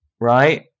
right